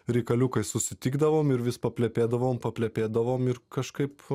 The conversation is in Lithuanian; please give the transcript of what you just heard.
reikaliukais susitikdavom ir vis paplepėdavom paplepėdavom ir kažkaip